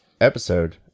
episode